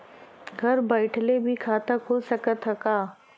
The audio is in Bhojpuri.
घरे बइठले भी खाता खुल सकत ह का?